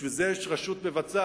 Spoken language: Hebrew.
בשביל זה יש רשות מבצעת,